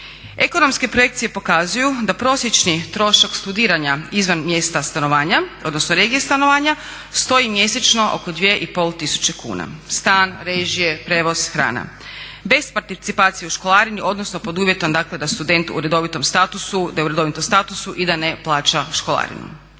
Ekonomske projekcije pokazuju da prosječni trošak studiranja izvan mjesta stanovanja odnosno regije stanovanja stoji mjesečno oko 2.500 kuna, stan, režije, prijevoz, hrana, bez participacije u školarini odnosno pod uvjetom da je student u redovitom statusu i da ne plaća školarinu.